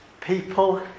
people